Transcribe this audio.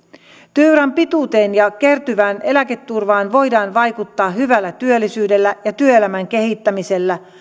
työuran pituuteen ja kertyvään eläketurvaan voidaan vaikuttaa hyvällä työllisyydellä ja työelämän kehittämisellä